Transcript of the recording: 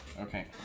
Okay